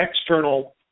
external